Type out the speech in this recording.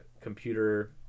computer